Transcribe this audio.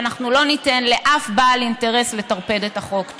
ואנחנו לא ניתן לאף בעל אינטרס לטרפד את החוק.